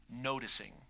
noticing